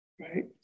right